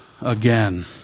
again